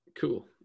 cool